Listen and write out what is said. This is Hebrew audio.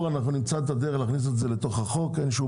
נכניס לתוך החוק, אין שום